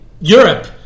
Europe